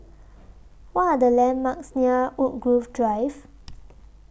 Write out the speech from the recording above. What Are The landmarks near Woodgrove Drive